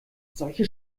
solche